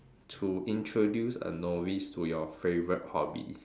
to introduce a novice to your favorite hobby